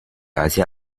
辖下